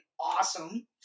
awesome